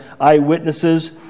eyewitnesses